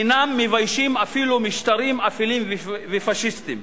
אינם מביישים אפילו משטרים אפלים ופאשיסטיים.